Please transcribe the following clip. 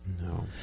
No